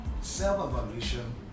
self-evaluation